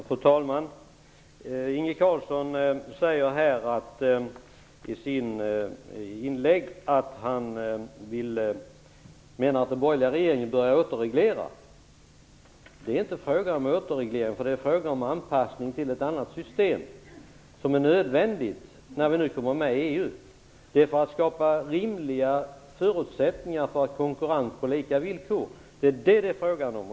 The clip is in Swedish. Fru talman! Inge Carlsson säger i sitt inlägg att den borgerliga regeringen började återreglera. Det är inte frågan om återreglering. Det är frågan om en anpassning till ett annat system. Det är nödvändigt när vi nu kommer med i EU. Det är nödvändigt för att skapa rimliga förutsättningar för en konkurrens på lika villkor. Det är detta det är frågan om.